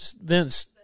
Vince